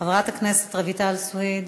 חברת הכנסת רויטל סויד,